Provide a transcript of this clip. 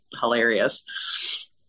hilarious